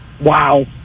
Wow